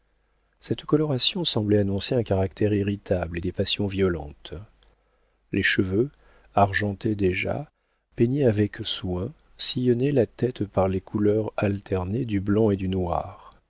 cette coloration semblait annoncer un caractère irritable et des passions violentes les cheveux argentés déjà peignés avec soin sillonnaient la tête par les couleurs alternées du blanc et du noir